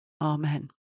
Amen